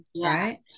right